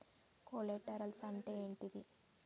Collaterals అంటే ఏంటిది?